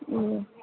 ہوں